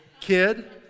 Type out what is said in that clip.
kid